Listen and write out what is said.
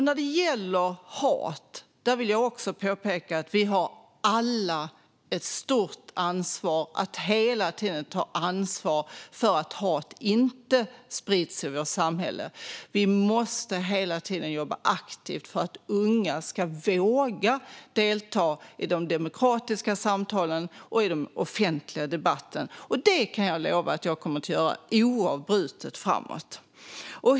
När det gäller hat vill jag också peka på att vi alla har ett stort ansvar för att hat inte sprids i vårt samhälle. Vi måste hela tiden jobba aktivt för att unga ska våga delta i de demokratiska samtalen och i den offentliga debatten. Det kan jag lova att jag kommer att göra oavbrutet framåt.